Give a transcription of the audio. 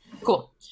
Cool